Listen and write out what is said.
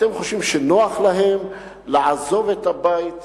אתם חושבים שנוח להם לעזוב את הבית,